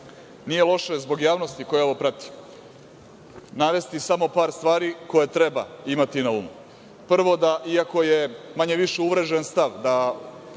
nije loše zbog javnosti koja ovo prati navesti samo par stvari koje treba imati na umu. Prvo, da iako je manje-više uvrežen stav da po pitanju